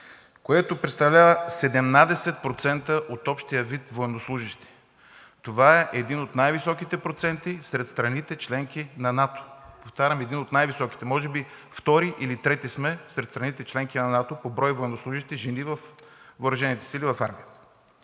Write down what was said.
което представлява 17% от общия вид военнослужещи. Това е един от най-високите проценти сред страните – членки на НАТО. Повтарям, един от най-високите, а може би сме втори или трети след страните – членки на НАТО, по брой военнослужещи жени във въоръжените сили, в Армията.